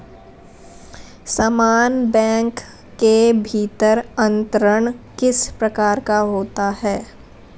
समान बैंक के भीतर अंतरण किस प्रकार का होता है?